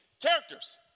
characters